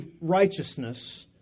righteousness